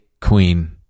queen